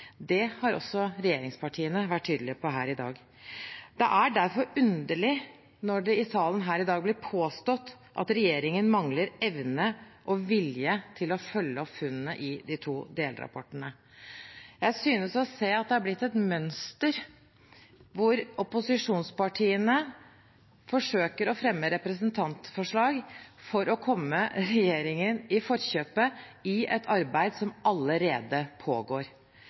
det mest. Det har også regjeringspartiene vært tydelige på her i dag. Det er derfor underlig når det i salen i dag blir påstått at regjeringen mangler evne og vilje til å følge opp funnene i de to delrapportene. Jeg synes å se at det har blitt et mønster der opposisjonspartiene forsøker å fremme representantforslag for å komme regjeringen i forkjøpet i et arbeid som allerede pågår.